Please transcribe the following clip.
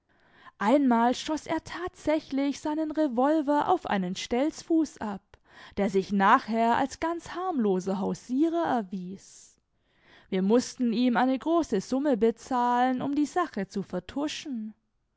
einmal feuerte er seinen revolver auf einen mann mit holzbein ab der sich später als ein einfacher händler auf der suche nach aufträgen erwies wir mußten eine große summe zahlen um die sache zu vertuschen